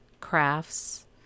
crafts